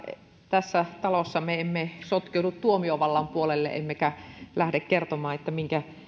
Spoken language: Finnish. tässä talossa me emme sotkeudu tuomiovallan puolelle emmekä lähde kertomaan minkä